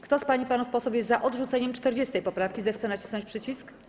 Kto z pań i panów posłów jest za odrzuceniem 40. poprawki, zechce nacisnąć przycisk.